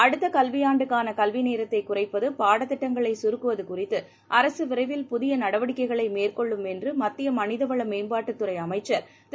அடுத்த கல்வியாண்டுக்கான கல்வி நேரத்தைக் குறைப்பது பாடதிட்டங்களை கருக்குவது குறித்து அரசு விரைவில் புதிய நடவடிக்கை மேற்கொள்ளும் என்று மத்திய மனித வள மேம்பாட்டுத் துறை அளம்சர் திரு